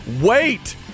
wait